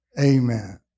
Amen